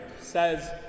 says